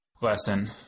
lesson